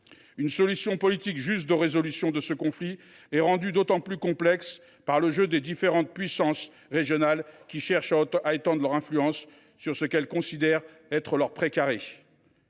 d’une solution politique juste à ce conflit est rendue encore plus complexe par le jeu des différentes puissances régionales, lesquelles cherchent à étendre leur influence sur ce qu’elles considèrent comme leur pré carré.